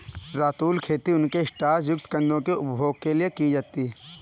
रतालू खेती उनके स्टार्च युक्त कंदों के उपभोग के लिए की जाती है